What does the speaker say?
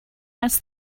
asked